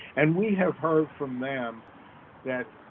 and we have heard from them that,